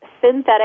synthetic